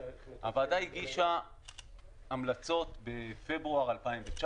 הוועדה הגישה המלצות בפברואר 2019,